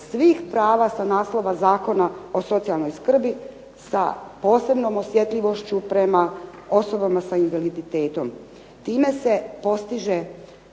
svih prava sa naslova zakona o socijalnoj skrbi sa posebnom osjetljivošću prema osobama s invaliditetom. Time se postiže